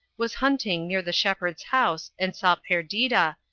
was hunting near the shepherd's house and saw perdita,